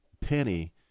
penny